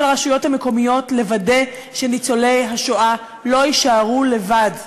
הרשויות המקומיות לוודא שניצולי השואה לא יישארו לבד.